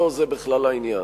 לא זה בכלל העניין.